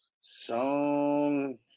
Song